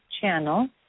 channel